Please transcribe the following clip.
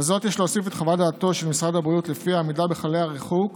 לזאת יש להוסיף את חוות הדעת של משרד הבריאות שלפיה עמידה בכללי הריחוק